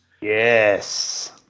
Yes